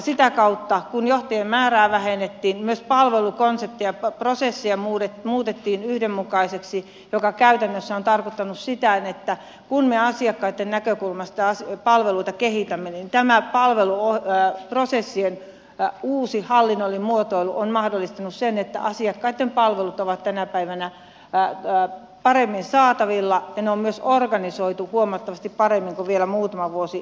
sitä kautta kun johtajien määrää vähennettiin myös palveluprosessia muutettiin yhdenmukaiseksi mikä käytännössä on tarkoittanut sitä että kun me asiakkaitten näkökulmasta palveluita kehitämme niin tämä palveluprosessien uusi hallinnollinen muotoilu on mahdollistanut sen että asiakkaitten palvelut ovat tänä päivänä paremmin saatavilla ja ne on myös organisoitu huomattavasti paremmin kuin vielä muutama vuosi aikaisemmin